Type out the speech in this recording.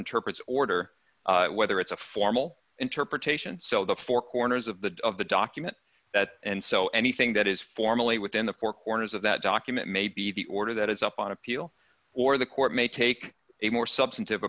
interprets order whether it's a formal interpretation so the four corners of the of the document that and so anything that is formally within the four corners of that document may be the order that is up on appeal or the court may take a more substantive